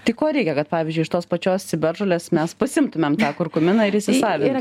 tai ko reikia kad pavyzdžiui iš tos pačios ciberžolės mes pasiimtumėm tą kurkuminą ir įsisavintų